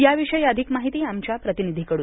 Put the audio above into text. या विषयी अधिक माहिती आमच्या प्रतिनिधीकडून